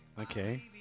Okay